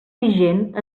vigent